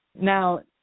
Now